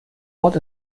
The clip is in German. ort